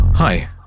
Hi